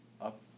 up